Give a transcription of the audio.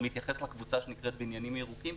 זה מתייחס לקבוצה שנקראת "בניינים ירוקים".